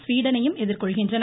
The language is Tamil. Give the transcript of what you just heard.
ஸ்வீடனையும் எதிர்கொள்கின்றன